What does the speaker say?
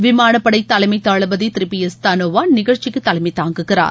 விமானப்படை தலைமை தளபதி திரு பி எஸ் தனோவா நிகழ்ச்சிக்கு தலைமை தாங்குகிறார்